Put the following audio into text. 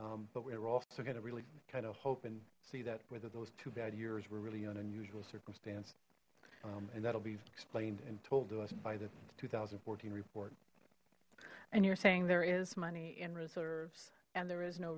but we're also kind of really kind of hope and see that whether those two bad years were really an unusual circumstance and that'll be explained and told to us by the two thousand and fourteen report and you're saying there is money in reserves and there is no